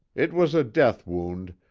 it was a death wound,